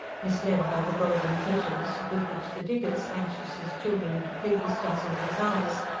misled by the golden treasures with which the diggers anxious as children to please, dazzled his eyes,